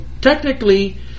technically